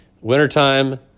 wintertime